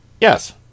Yes